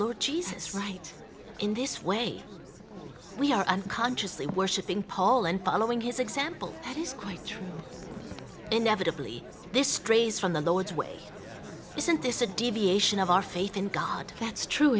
lord jesus right in this way we are unconsciously worshiping paul and following his example that is quite true inevitably this phrase from the words way isn't this a deviation of our faith in god that's true